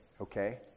okay